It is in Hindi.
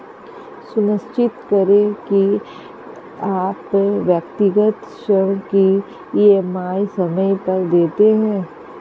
सुनिश्चित करें की आप व्यक्तिगत ऋण की ई.एम.आई समय पर देते हैं